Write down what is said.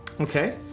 Okay